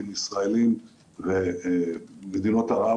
בין ישראלים ומדינות ערב